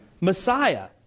Messiah